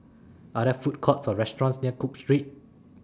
Are There Food Courts Or restaurants near Cook Street